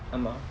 ஆமா:aamaa